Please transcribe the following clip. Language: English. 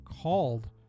called